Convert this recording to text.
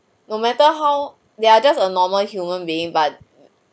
no matter how they are just a normal human being but